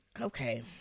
okay